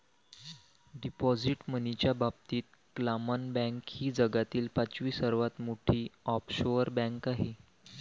deposit मनीच्या बाबतीत क्लामन बँक ही जगातील पाचवी सर्वात मोठी ऑफशोअर बँक आहे